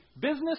business